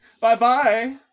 Bye-bye